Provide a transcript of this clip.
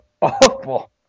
awful